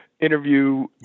interview